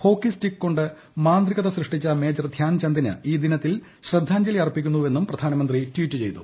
hockey stick കൊണ്ട് മാന്ത്രികത്തിന്റെ പ്രധാനമന്ത്രികത് സൃഷ്ടിച്ച മേജർ ധ്യാൻചന്ദിന് ഈ ദിനത്തിൽ ശ്രദ്ധാജ്ഞലി അർപ്പിക്കുന്നുവെന്നും പ്രധാനമന്ത്രി ട്വീറ്റ് ചെയ്തു